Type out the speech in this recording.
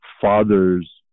father's